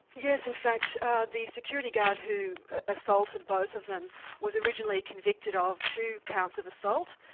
yes, in fact the security guard who assaulted both of them was originally convicted of two counts of assault,